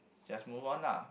just move on lah